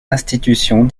institutions